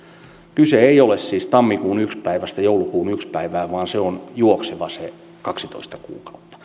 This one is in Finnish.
kyse ei ole siis ajasta tammikuun ensimmäisestä päivästä joulukuun ensimmäiseen päivään vaan se on juokseva se kaksitoista kuukautta